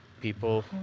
people